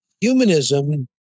humanism